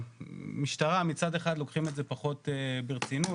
שבמשטרה מצד אחד לוקחים את זה פחות ברצינות,